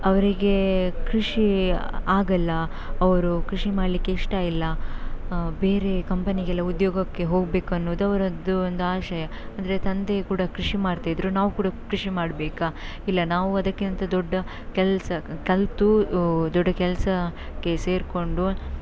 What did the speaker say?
ಅವರಿಗೆ ಕೃಷಿ ಆಗಲ್ಲ ಅವರು ಕೃಷಿ ಮಾಡಲಿಕ್ಕೆ ಇಷ್ಟ ಇಲ್ಲ ಬೇರೆ ಕಂಪನಿಗೆಲ್ಲ ಉದ್ಯೋಗಕ್ಕೆ ಹೋಗ್ಬೇಕು ಅನ್ನೋದು ಅವರದ್ದು ಒಂದು ಆಶಯ ಅಂದರೆ ತಂದೆ ಕೂಡ ಕೃಷಿ ಮಾಡ್ತಿದ್ದರು ನಾವು ಕೂಡ ಕೃಷಿ ಮಾಡಬೇಕಾ ಇಲ್ಲ ನಾವು ಅದಕ್ಕಿಂತ ದೊಡ್ಡ ಕೆಲಸ ಕಲಿತು ದೊಡ್ಡ ಕೆಲಸಕ್ಕೆ ಸೇರಿಕೊಂಡು